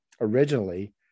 originally